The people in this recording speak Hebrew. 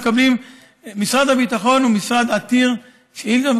משרד הביטחון הוא משרד עתיר שאילתות,